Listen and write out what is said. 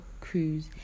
Cruise